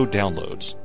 downloads